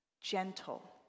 gentle